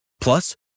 Plus